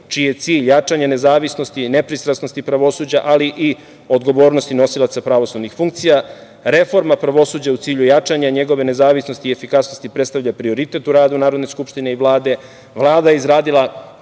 je cilj jačanje nezavisnosti i nepristrasnosti pravosuđa, ali i odgovornosti nosilaca pravosudnih funkcija. Reforma pravosuđa u cilju jačanja njegove nezavisnost i efikasnosti predstavlja prioritet u radu Narodne skupštine i Vlade. Vlada je izradila